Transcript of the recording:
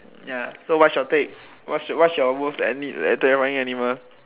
ya so what's your take what's your most te~ terrifying animal